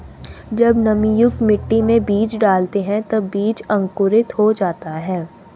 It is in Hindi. जब नमीयुक्त मिट्टी में बीज डालते हैं तब बीज अंकुरित हो जाता है